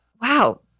wow